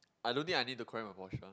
I don't think I need to correct my posture